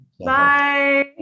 Bye